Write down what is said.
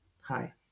Hi